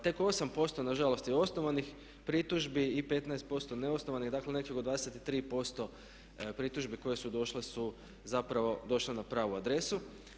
Tek 8% na žalost je osnovanih pritužbi i 15% neosnovanih, dakle negdje oko 23% pritužbi koje su došle su zapravo došle na pravu adresu.